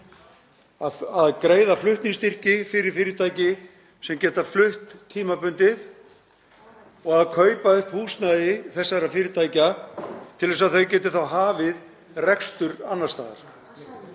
að greiða flutningsstyrki fyrir fyrirtæki sem geta flutt tímabundið og að kaupa upp húsnæði þessara fyrirtækja til að þau geti þá hafið rekstur annars staðar.